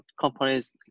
companies